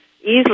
easily